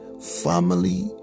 family